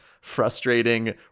frustrating